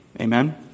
Amen